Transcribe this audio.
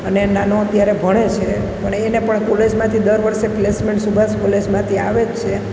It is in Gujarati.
અને નાનો અત્યારે ભણે છે પણ એને પણ કોલેજમાંથી દર વર્ષે પ્લેસમેન્ટ સુભાષ કોલેજમાંથી આવે જ છે